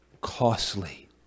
costly